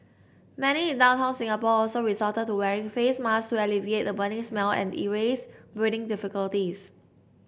many in downtown Singapore also resorted to wearing face masks to alleviate the burning smell and erase breathing difficulties